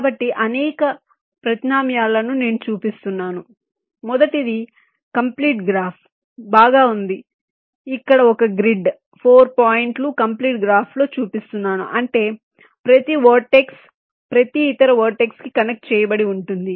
కాబట్టి నేను అనేక ప్రత్యామ్నాయాలను చూపిస్తున్నాను మొదటిది కంప్లీట్ గ్రాఫ్ బాగా ఉంది ఇక్కడ ఒక గ్రిడ్ 4 పాయింట్లు కంప్లీట్ గ్రాఫ్లో చూపిస్తున్నాను అంటే ప్రతి వెర్టెక్స్ ప్రతి ఇతర వెర్టెక్స్ కి కనెక్ట్ చేయబడి ఉంటుంది